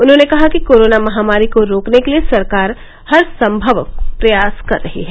उन्होंने कहा कि कोरोना महामारी को रोकने के लिये सरकार हर सम्भव प्रयास कर रही है